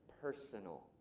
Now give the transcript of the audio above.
personal